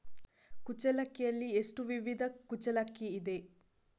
ಕುಚ್ಚಲಕ್ಕಿಯಲ್ಲಿ ಎಷ್ಟು ವಿಧದ ಕುಚ್ಚಲಕ್ಕಿ ಇದೆ?